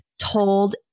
told